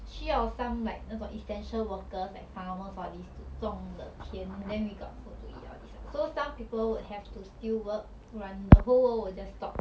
需要 some like 那种 essential workers like farmers all these to 种 the 田 then we got food to eat all these ah so some people would have to still work 不然 the whole world will just stop